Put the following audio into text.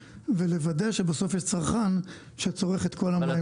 ולוודא שבסוף יש צרכן שצורך את כל המים האלה.